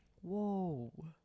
Whoa